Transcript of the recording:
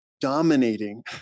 dominating